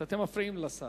אתם מפריעים לשר.